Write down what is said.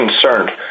concerned